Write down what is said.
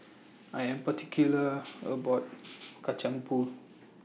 I Am particular about Kacang Pool